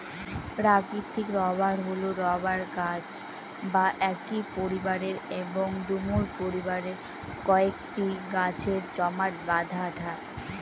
প্রাকৃতিক রবার হল রবার গাছ বা একই পরিবারের এবং ডুমুর পরিবারের কয়েকটি গাছের জমাট বাঁধা আঠা